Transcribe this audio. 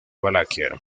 valaquia